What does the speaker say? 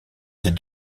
des